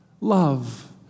Love